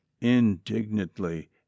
indignantly